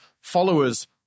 followers